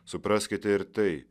supraskite ir tai